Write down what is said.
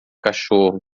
cachorro